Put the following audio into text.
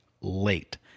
late